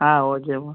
ஆ ஓகேம்மா